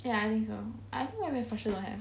and I think so I think for sure don't have